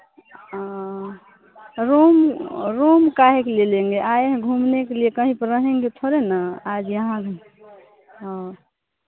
room room काहे के लिए लेंगे आए हैं घूमने के लिए कहीं पर रहेंगे थोड़े ना आज यहाँ घु हाँ